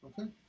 Okay